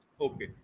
okay